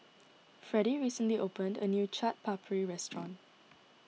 Fredie recently opened a new Chaat Papri restaurant